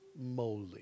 moly